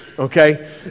Okay